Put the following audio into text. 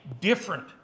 different